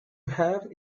have